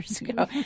ago